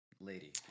lady